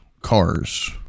cars